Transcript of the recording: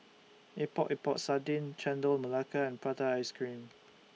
Epok Epok Sardin Chendol Melaka and Prata Ice Cream